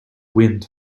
wind